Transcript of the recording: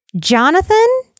Jonathan